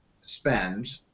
spend